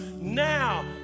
now